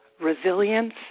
resilience